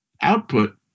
output